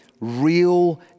real